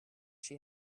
she